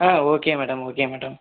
ah okay madam okay madam